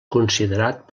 considerat